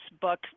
book